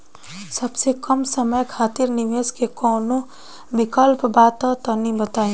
सबसे कम समय खातिर निवेश के कौनो विकल्प बा त तनि बताई?